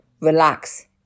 relax